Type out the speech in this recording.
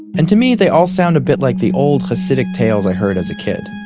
and to me, they all sound a bit like the old hasidic tales i heard as a kid.